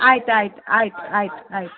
ಆಯ್ತು ಆಯ್ತು ಆಯ್ತು ಆಯ್ತು ಆಯ್ತು